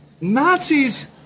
Nazis